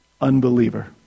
unbeliever